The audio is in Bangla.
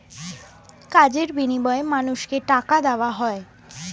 কাজের বিনিময়ে মানুষকে টাকা দেওয়া হয়